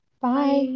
Bye